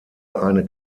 eine